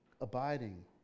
abiding